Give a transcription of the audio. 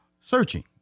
searching